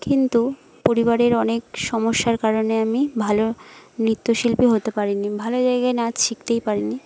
কিন্তু পরিবারের অনেক সমস্যার কারণে আমি ভালো নৃত্যশিল্পী হতে পারিনি ভালো জায়গায় নাচ শিখতেই পারিনি